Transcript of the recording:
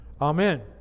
Amen